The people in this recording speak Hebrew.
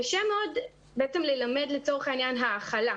קשה מאוד ללמד לצורך העניין האכלה,